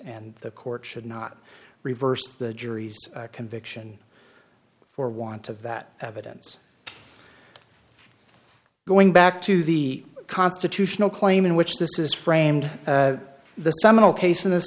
and the court should not reverse the jury's conviction for want of that evidence going back to the constitutional claim in which this is framed the seminal case in this